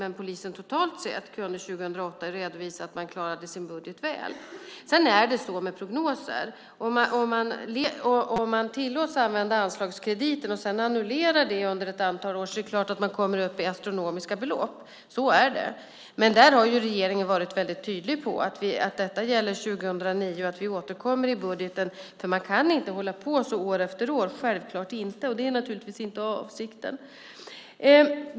Men polisen totalt sett kunde 2008 redovisa att man klarade sin budget väl. Om man tillåts använda anslagskrediten och sedan annullerar under ett antal år kommer man självklart upp i astronomiska belopp; så är det med prognoser. Men där har regeringen varit väldigt tydlig om att detta gäller 2009 och om att vi återkommer i budgeten. Man kan inte år efter år hålla på så här - självklart inte - och det är naturligtvis inte avsikten.